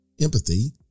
empathy